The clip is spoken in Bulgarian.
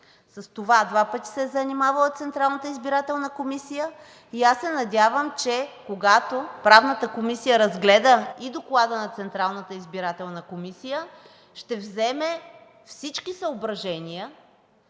С това два пъти се е занимавала Централната избирателна комисия и аз се надявам, че когато Правната комисия разгледа и доклада на Централната избирателна комисия, ще вземе всички съображения